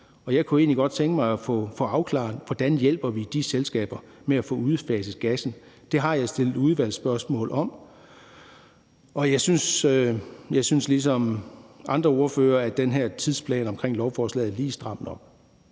egentlig godt tænke mig at få afklaret, hvordan vi hjælper de selskaber med at få udfaset gassen. Det har jeg stillet udvalgsspørgsmål om, og jeg synes ligesom andre ordførere, at den her tidsplan for lovforslaget er lige stram nok.